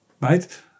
Right